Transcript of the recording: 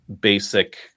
basic